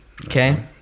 Okay